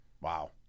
Wow